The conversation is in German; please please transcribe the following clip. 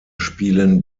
spielen